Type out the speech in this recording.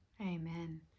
Amen